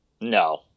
No